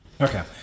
Okay